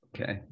Okay